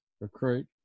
recruit